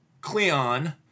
Cleon